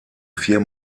vier